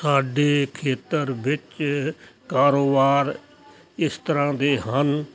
ਸਾਡੇ ਖੇਤਰ ਵਿੱਚ ਕਾਰੋਬਾਰ ਇਸ ਤਰ੍ਹਾਂ ਦੇ ਹਨ